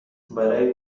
برای